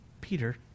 Peter